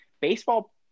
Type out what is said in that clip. baseball